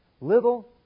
little